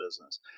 business